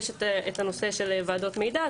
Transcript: יש את הנושא של ועדות מידע,